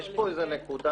יש פה איזה נקודה,